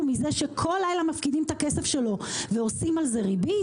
מזה שכל לילה מפקידים את הכסף שלו ועושים על זה ריבית